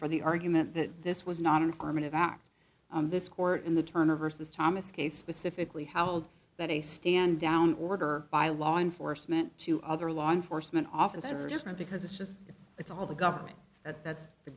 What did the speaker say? for the argument that this was not informative act this court in the turner versus thomas case specifically how old that a stand down order by law enforcement to other law enforcement officers are different because it's just it's all the government that's th